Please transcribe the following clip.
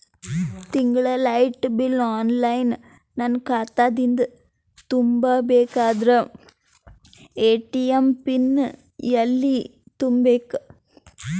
ತಿಂಗಳ light bill online ನನ್ನ ಖಾತಾ ದಿಂದ ತುಂಬಾ ಬೇಕಾದರ ಎ.ಟಿ.ಎಂ ಪಿನ್ ಎಲ್ಲಿ ತುಂಬೇಕ?